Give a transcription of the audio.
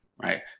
right